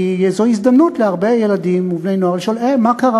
כי זאת הזדמנות להרבה ילדים ובני-נוער לשאול: מה קרה?